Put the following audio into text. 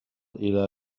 إلى